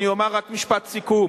אני אומר רק משפט סיכום,